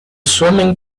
swimming